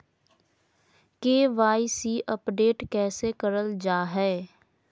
KYC update कैसे करल जाहै?